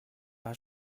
par